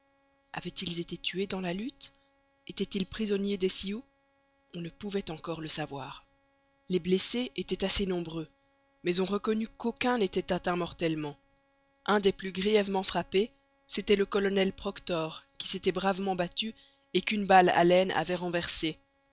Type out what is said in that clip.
avaient-ils été tués dans la lutte etaient ils prisonniers des sioux on ne pouvait encore le savoir les blessés étaient assez nombreux mais on reconnut qu'aucun n'était atteint mortellement un dès plus grièvement frappé c'était le colonel proctor qui s'était bravement battu et qu'une balle à l'aine avait renversé